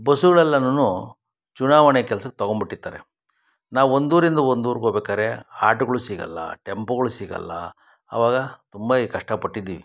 ಬಸ್ಸುಗಳೆಲ್ಲನು ಚುನಾವಣೆ ಕೆಲ್ಸಕ್ಕೆ ತಗೊಂಬಿಟ್ಟಿರ್ತಾರೆ ನಾವು ಒಂದೂರಿಂದ ಒಂದೂರ್ಗೆ ಹೋಗ್ಬೇಕಾರೆ ಆಟೋಗಳು ಸಿಗೋಲ್ಲ ಟೆಂಪೋಗಳು ಸಿಗೋಲ್ಲ ಅವಾಗ ತುಂಬ ಈ ಕಷ್ಟ ಪಟ್ಟಿದ್ದೀವಿ